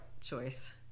choice